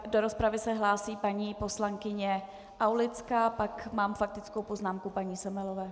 Do rozpravy se hlásí paní poslankyně Aulická, pak mám faktickou poznámku paní Semelové.